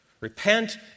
Repent